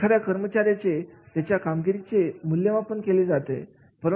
एखाद्या कर्मचाऱ्यांचे त्याच्या कामगिरीचे मूल्यमापन केले जाते